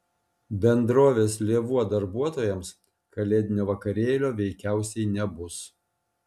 bendrovės lėvuo darbuotojams kalėdinio vakarėlio veikiausiai nebus